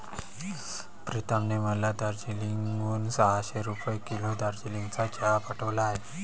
प्रीतमने मला दार्जिलिंग हून सहाशे रुपये किलो दार्जिलिंगचा चहा पाठवला आहे